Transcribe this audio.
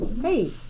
Hey